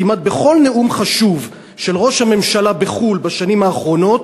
כמעט בכל נאום חשוב של ראש הממשלה בחו"ל בשנים האחרונות